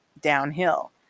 downhill